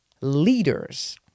Leaders